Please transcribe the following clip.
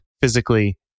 physically